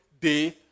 day